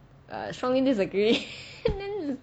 err strongly disagree and then